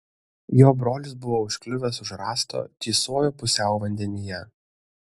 jo brolis buvo užkliuvęs už rąsto tysojo pusiau vandenyje